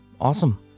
Awesome